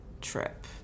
trip